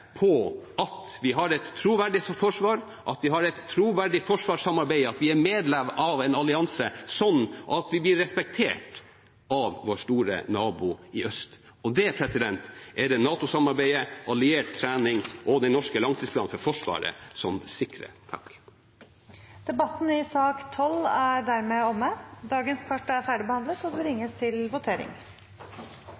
på at vi har et troverdig forsvar, at vi har et troverdig forsvarssamarbeid, og at vi er medlem av en allianse, sånn at vi blir respektert av vår store nabo i øst. Det er det NATO-samarbeidet, alliert trening og den norske langtidsplanen for Forsvaret som sikrer. Flere har ikke bedt om ordet til sak nr. 12. Vi er klare til å gå til votering over sakene på dagens kart. Under debatten er